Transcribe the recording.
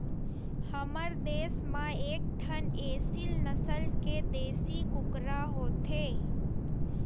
हमर देस म एकठन एसील नसल के देसी कुकरा होथे